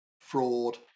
fraud